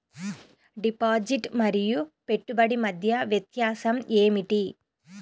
Deposit మరియు పెట్టుబడి మధ్య వ్యత్యాసం ఏమిటీ?